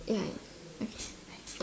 ya okay bye